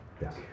Yes